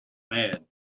mad